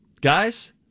Guys